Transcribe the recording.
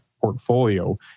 portfolio